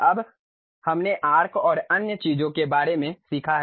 अब हमने आर्क और अन्य चीजों के बारे में सीखा है